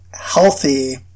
healthy